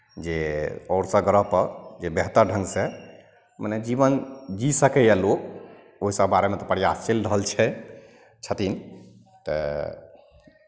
जे आओरसभ ग्रहपर जे बेहतर ढङ्गसँ मने जीवन जी सकैए लोक ओहिसभ बारेमे तऽ प्रयास चलि रहल छै छथिन तऽ